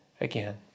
again